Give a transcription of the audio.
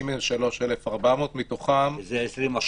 דווקא רישיון נהיגה,